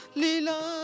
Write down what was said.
lila